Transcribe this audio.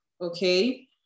okay